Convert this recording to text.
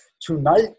tonight